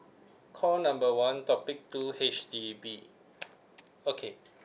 call number one topic two H_D_B okay